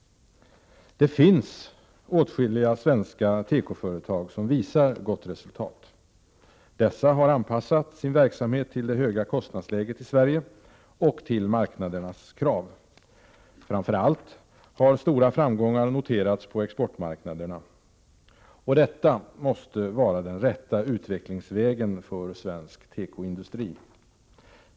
Det finns åtskilliga svenska tekoföretag som visar gott resultat. Dessa har anpassat sin verksamhet till det höga kostnadsläget i Sverige och till marknadernas krav. Framför allt har stora framgångar noterats på exportmarknaderna. Detta måste vara den rätta utvecklingsvägen för svensk tekoindustri.